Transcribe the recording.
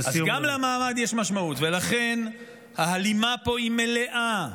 אז גם למעמד יש משמעות, ולכן ההלימה פה היא מלאה.